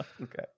okay